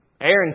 Aaron